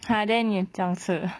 !huh! then 你怎样吃